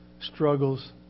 struggles